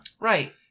Right